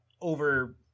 over